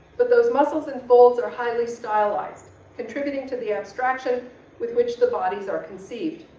but those muscles and folds are highly stylized contributing to the abstraction with which the bodies are conceived.